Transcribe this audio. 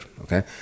okay